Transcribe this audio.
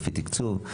לפי תקצוב.